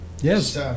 Yes